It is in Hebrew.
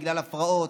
בגלל הפרעות.